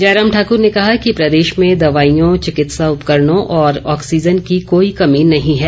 जयराम ठाकर ने कहा कि प्रदेश में दवाईयों चिकित्सा उपकरणों और ऑक्सीजन की कोई कमी नहीं है